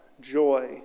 joy